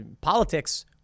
politics